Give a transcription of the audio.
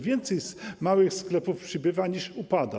Więcej małych sklepów przybywa, niż upada.